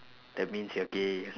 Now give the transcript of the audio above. that means you're gay